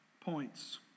points